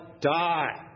die